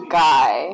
guy